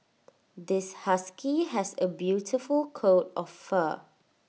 this husky has A beautiful coat of fur